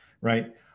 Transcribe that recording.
Right